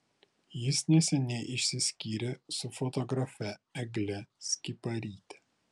jis neseniai išsiskyrė su fotografe egle skiparyte